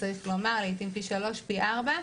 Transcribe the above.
פי שלושה ופי ארבעה,